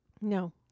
No